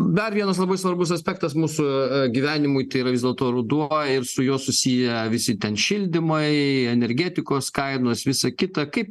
dar vienas labai svarbus aspektas mūsų gyvenimui tai yra vis dėlto ruduo su juo susiję visi ten šildymai energetikos kainos visa kita kaip